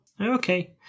okay